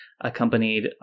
accompanied